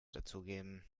dazugeben